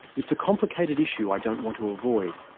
it's a complicated issue i don't want to avoid.